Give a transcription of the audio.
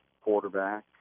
quarterback